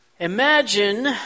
Imagine